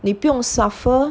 你不用 suffer